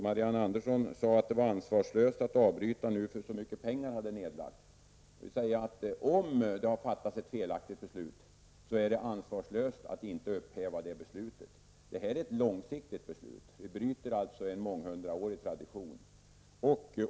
Marianne Andersson sade att det var ansvarslöst att avbryta nu, eftersom så mycket pengar hade nedlagts. Då vill jag säga att om det har fattats ett felaktigt beslut är det ansvarslöst att inte upphäva det beslutet. Detta är ett långsiktigt beslut. Vi bryter en månghundraårig tradition.